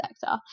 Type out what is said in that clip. sector